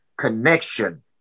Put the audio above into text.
connection